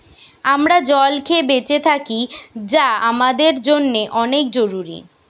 আমরা জল খেয়ে বেঁচে থাকি যা আমাদের জন্যে অনেক জরুরি